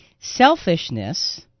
Selfishness